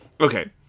okay